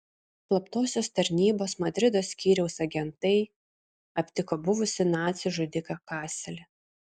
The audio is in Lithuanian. slaptosios tarnybos madrido skyriaus agentai aptiko buvusį nacį žudiką kaselį